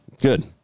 Good